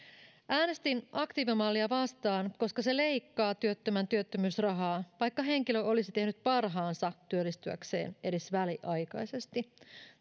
äänestin aktiivimallia vastaan koska se leikkaa työttömän työttömyysrahaa vaikka henkilö olisi tehnyt parhaansa työllistyäkseen edes väliaikaisesti